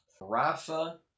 Rafa